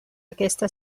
aquesta